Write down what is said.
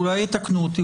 אולי יתקנו אותי,